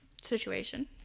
situation